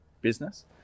business